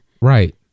Right